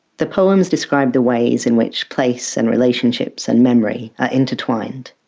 the poems describe the ways in which place and relationships and memory are intertwined.